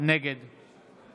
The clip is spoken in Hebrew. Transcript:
נגד